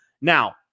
Now